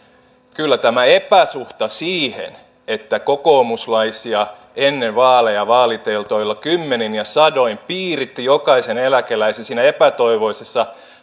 kyllä täällä on epäsuhta siinä että kokoomuslaiset ennen vaaleja vaaliteltoilla kymmenin ja sadoin piirittivät jokaista eläkeläistä siinä epätoivoisessa